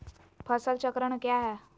फसल चक्रण क्या है?